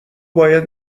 باید